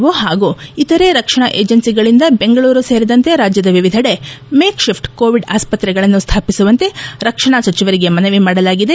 ಓ ಹಾಗೂ ಇತರೆ ರಕ್ಷಣಾ ಏಜನ್ನಿಗಳಿಂದ ಬೆಂಗಳೂರು ಸೇರಿದಂತೆ ರಾಜ್ಯದ ವಿವಿಧೆಡೆ ಮೇಕ್ ಶಿಫ್ಟ್ ಕೋವಿಡ್ ಆಸ್ತ್ರತೆಗಳನ್ನು ನಿರ್ಮಿಸುವಂತೆ ರಕ್ಷಣಾ ಸಚಿವರಿಗೆ ಮನವಿ ಮಾಡಲಾಗಿದೆ